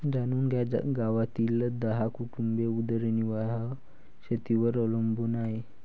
जाणून घ्या गावातील दहा कुटुंबे उदरनिर्वाह शेतीवर अवलंबून आहे